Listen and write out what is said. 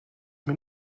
mir